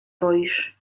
boisz